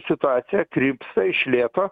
situacija krypsta iš lėto